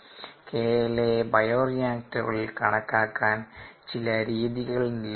KLaയെ ബയോറിയാക്റ്ററുകളിൽ കണക്കാക്കാൻ ചില രീതികൾ നിലവിലുണ്ട്